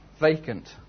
vacant